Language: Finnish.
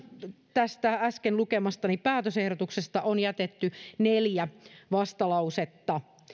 tästä äsken lukemastani päätösehdotuksesta on jätetty neljä vastalausetta